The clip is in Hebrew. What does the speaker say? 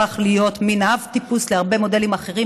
הפך להיות מין אב-טיפוס להרבה מודלים אחרים,